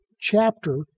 chapter